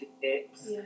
hips